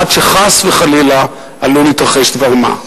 עד שחס וחלילה עלול להתרחש דבר-מה.